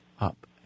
up